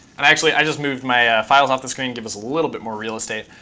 and actually, i just moved my files off the screen give us a little bit more real estate.